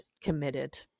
committed